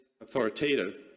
authoritative